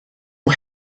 nhw